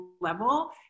level